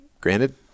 granted